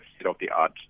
state-of-the-art